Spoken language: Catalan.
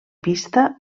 pista